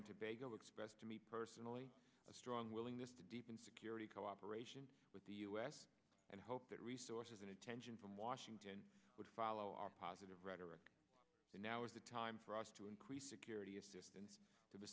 and tobago express to me personally a strong willingness to deepen security cooperation with the u s and hope that resources and attention from washington would follow our positive rhetoric now is the time for us to increase security assistance